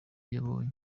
yabonye